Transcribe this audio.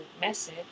message